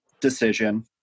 decision